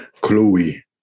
Chloe